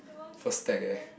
first stack eh